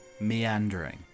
meandering